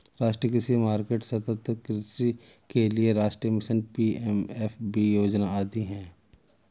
राष्ट्रीय कृषि मार्केट, सतत् कृषि के लिए राष्ट्रीय मिशन, पी.एम.एफ.बी योजना आदि है